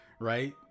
right